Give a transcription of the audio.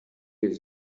has